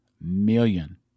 million